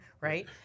right